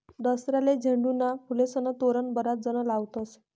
दसराले झेंडूना फुलेस्नं तोरण बराच जण लावतस